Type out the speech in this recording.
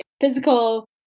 physical